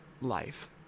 life